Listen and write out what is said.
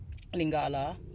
lingala